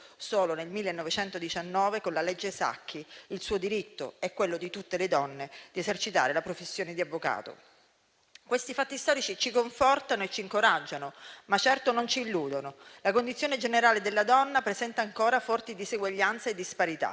solo nel 1919, con la legge Sacchi, il suo diritto e quello di tutte le donne di esercitare la professione di avvocato. Questi fatti storici ci confortano e ci incoraggiano, ma certo non ci illudono. La condizione generale della donna presenta ancora forti diseguaglianze e disparità.